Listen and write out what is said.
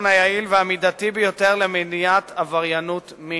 היעיל והמידתי ביותר למניעת עבריינות מין: